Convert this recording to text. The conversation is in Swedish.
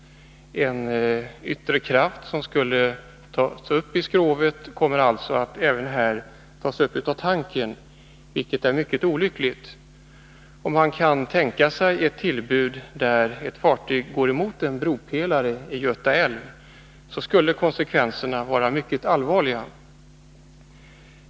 En yttre kraft som skulle mötas av skrovet kommer alltså här att även mötas av tanken, vilket är mycket olyckligt. Man kan tänka sig ett tillbud där ett fartyg går emot en bropelare i Göta älv. Konsekvenserna skulle då bli mycket allvarliga.